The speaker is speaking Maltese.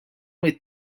mit